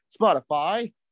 Spotify